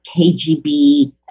KGB